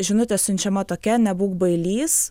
žinutė siunčiama tokia nebūk bailys